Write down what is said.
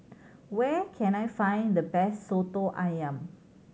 where can I find the best Soto Ayam